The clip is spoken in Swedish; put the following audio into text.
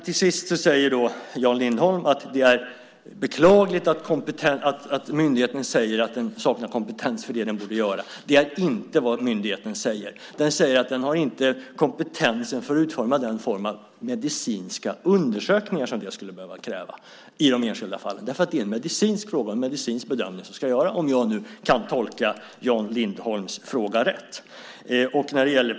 Till sist säger Jan Lindholm att det är beklagligt att myndigheten säger att den saknar den kompetens den borde ha. Det är inte vad myndigheten säger. Den säger att den inte har kompetensen att utföra den typen av medicinska undersökningar som det skulle krävas i de enskilda fallen. Det är en medicinsk fråga och en medicinsk bedömning som ska göras, om jag nu kan tolka Jan Lindholms fråga rätt.